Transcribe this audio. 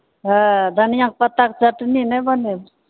ह धनियाके पत्ताके चटनी नहि बनैबहो